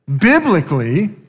biblically